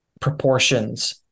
proportions